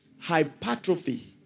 hypertrophy